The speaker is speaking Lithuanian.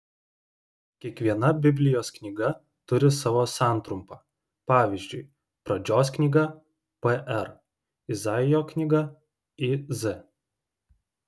kiekviena biblijos knyga turi savo santrumpą pavyzdžiui pradžios knyga pr izaijo knyga iz